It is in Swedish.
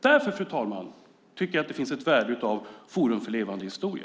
Därför, fru talman, tycker jag att det finns ett värde i Forum för levande historia.